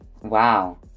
Wow